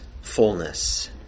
fullness